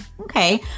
Okay